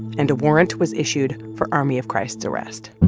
and a warrant was issued for army of christ's arrest